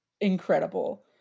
Incredible